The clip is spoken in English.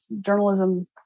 journalism